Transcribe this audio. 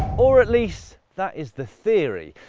or at least that is the theory.